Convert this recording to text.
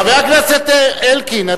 חבר הכנסת אלקין,